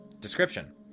Description